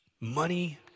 money